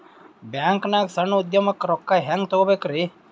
ಬ್ಯಾಂಕ್ನಾಗ ಸಣ್ಣ ಉದ್ಯಮಕ್ಕೆ ರೊಕ್ಕ ಹೆಂಗೆ ತಗೋಬೇಕ್ರಿ?